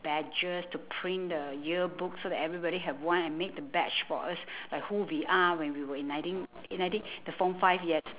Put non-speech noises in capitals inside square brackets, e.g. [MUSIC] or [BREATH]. badges to print the yearbook so that everybody have one and make the badge for us [BREATH] like who we are when we were in nineteen in nineteen [BREATH] the form five yes